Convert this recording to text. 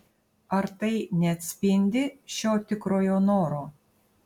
ar tai neatspindi šio tikrojo noro